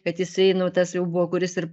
kad jisai nu tas jau buvo kuris ir